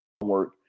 work